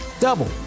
double